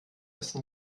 essen